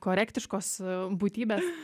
korektiškos būtybės